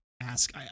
ask